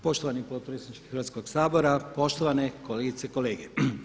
Poštovani potpredsjedniče Hrvatskog sabora, poštovane kolegice i kolege.